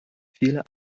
viele